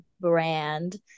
brand